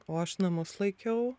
o aš namus laikiau